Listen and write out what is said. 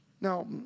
Now